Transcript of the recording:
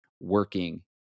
working